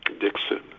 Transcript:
Dixon